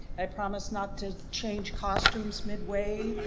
i promise not to change costumes midway,